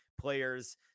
players